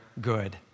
good